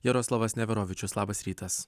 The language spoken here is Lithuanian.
jaroslavas neverovičius labas rytas